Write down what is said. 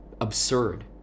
absurd